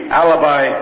alibi